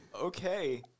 okay